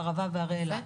הערבה והרי אילת,